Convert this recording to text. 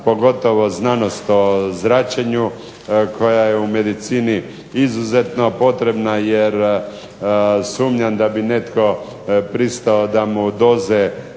pogotovo znanost o zračenju koja je u medicini izuzetno potrebna jer sumnjam da bi netko pristao da mu doze